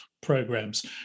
programs